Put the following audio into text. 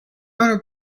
owner